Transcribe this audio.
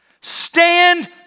Stand